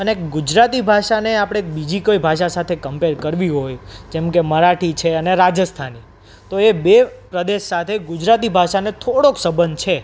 અને ગુજરાતી ભાષાને આપણે બીજી કોઈ ભાષા સાથે કંપેર કરવી હોય જેમકે મરાઠી છે અને રાજસ્થાની તો એ બે પ્રદેશ સાથે ગુજરાતી ભાષાને થોડોક સંબંધ છે